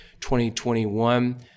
2021